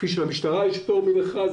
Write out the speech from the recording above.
כפי שלמשטרה יש פטור ממכרז,